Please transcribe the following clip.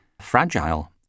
fragile